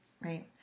Right